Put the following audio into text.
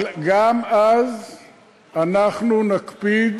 אבל גם אז אנחנו נקפיד